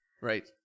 Right